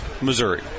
Missouri